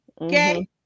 Okay